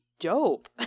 dope